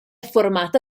formata